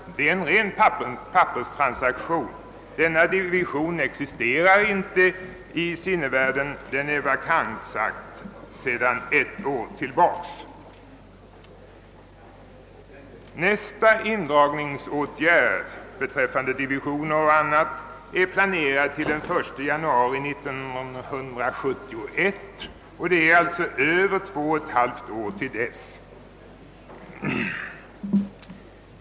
Men det blir då ingenting annat än en ren papperstransaktion, eftersom denna division inte existerar i sinnevärlden; sedan ett år tillbaka är den nämligen satt på vakans. Nästa indragningsåtgärd beträffande divisioner och annat har planerats till den 1 januari 1971, d.v.s. om över två och ett halvt år.